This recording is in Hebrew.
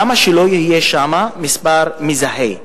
למה שלא יהיה שם מספר מזוהה?